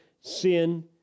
sin